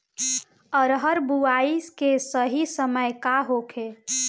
अरहर बुआई के सही समय का होखे?